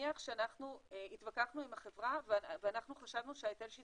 נניח שאנחנו התווכחנו עם החברה ואנחנו חשבנו שההיטל שהיא